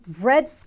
red